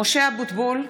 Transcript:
משה אבוטבול,